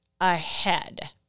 ahead